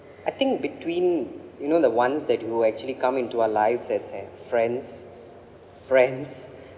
I think between you know the ones that who will actually come into our lives as as friends friends